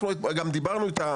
אנחנו דיברנו איתם,